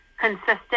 consistent